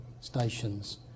stations